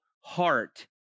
heart